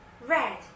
red